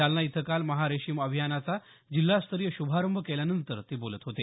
जालना इथं काल महारेशीम अभियानाचा जिल्हास्तरीय श्रभारंभ केल्यानंतर ते बोलत होते